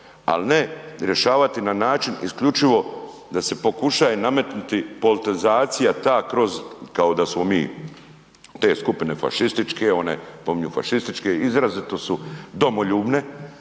al ne rješavati na način isključivo da se pokušaje nametnuti politizacija ta kroz kao da smo mi te skupine fašističke, one spominju fašističke, izrazito su domoljubne,